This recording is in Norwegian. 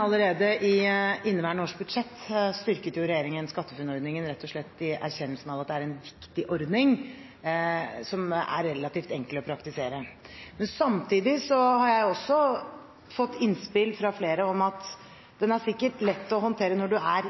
Allerede i inneværende års budsjett styrket regjeringen SkatteFUNN-ordningen, rett og slett i erkjennelsen av at det er en viktig ordning som er relativt enkel å praktisere. Samtidig har jeg også fått innspill fra flere om at ordningen sikkert er lett å håndtere når man er